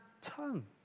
tongue